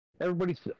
everybody's